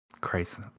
Christ